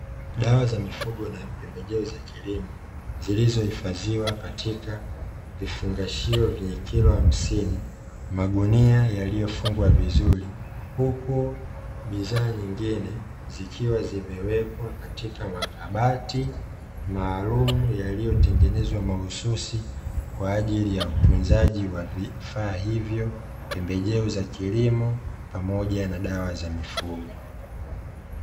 Dawa za mifugo na pembejeo za kilimo zilizohifadhiwa katika vifungashio vyenye kilo hamsini, magunia yaliyofungwa vizuri huku bidhaa nyingine zikiwa zimewekwa katika makabati maalum yaliyotengenezwa mahususi kwa ajili ya utunzaji wa vifaa hivyo, pembejeo za kilimo pamoja na dawa za mifugo.